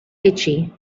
itchy